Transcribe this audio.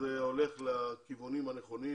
הולך לכיוונים הנכונים